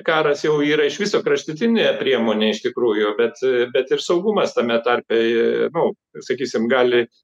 karas jau yra iš viso kraštutinė priemonė iš tikrųjų bet bet ir saugumas tame tarpe nu sakysim gali